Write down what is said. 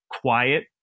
quiet